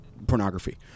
Pornography